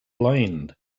blind